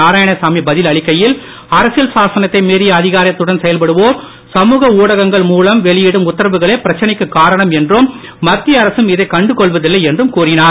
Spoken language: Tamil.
நாராயணசாமி பதில் அளிக்கையில் அரசியல் சாசனத்தை மீறிய அதிகாரத்துடன் செயல்படுவோர் சமூக ஊடகங்கள் மூலம் வெளியிடும் உத்தரவுகளே பிரச்சனைக்கு காரணம் என்றும் மத்திய அரசும் இதை கண்டு கொள்வதில்லை என்றும் கூறினார்